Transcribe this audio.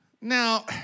Now